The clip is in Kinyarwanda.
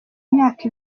imyaka